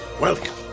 Welcome